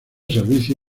servicio